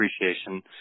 appreciation